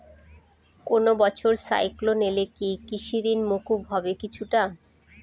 কোনো বছর সাইক্লোন এলে কি কৃষি ঋণ মকুব হবে কিছুটা?